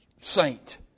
saint